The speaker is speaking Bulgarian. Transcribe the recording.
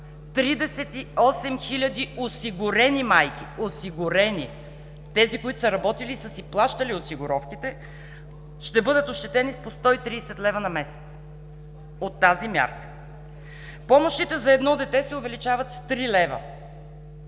майки. Осигурени! Тези, които са работили и са си плащали осигуровките, ще бъдат ощетени с по 130 лв. на месец от тази мярка. Помощите за едно дете се увеличават с 3 лв.